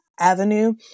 avenue